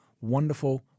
Wonderful